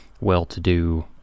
well-to-do